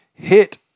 hit